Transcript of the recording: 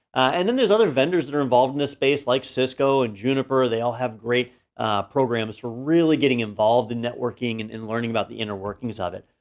and then there's other vendors that are involved in this space like cisco and juniper, they all have great programs for really getting involved in networking and learning about the inner workings of it.